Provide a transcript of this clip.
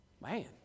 Man